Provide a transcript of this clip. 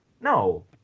No